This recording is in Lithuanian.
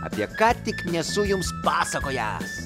apie ką tik nesu jums pasakojęs